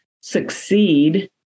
succeed